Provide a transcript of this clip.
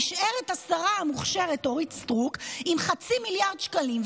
נשארת השרה המוכשרת אורית סטרוק עם 0.5 מיליארד שקלים.